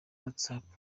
whatsapp